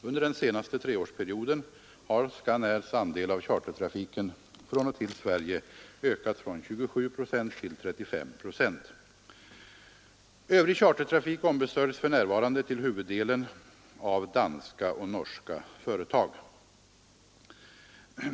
Under den senaste treårsperioden har Scanairs andel av chartertrafiken från och till Sverige ökat med 27 procent till 35 procent. Övrig chartertrafik ombesörjs för närvarande till huvuddelen av danska och norska företag.